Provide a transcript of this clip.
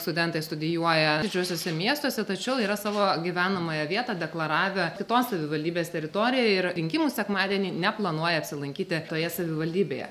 studentai studijuoja didžiuosiuose miestuose tačiau yra savo gyvenamąją vietą deklaravę kitos savivaldybės teritorijoje ir rinkimų sekmadienį neplanuoja apsilankyti toje savivaldybėje